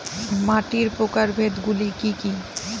মাটির প্রকারভেদ গুলো কি কী?